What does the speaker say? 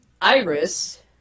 Iris